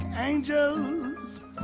angels